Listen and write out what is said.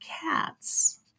cats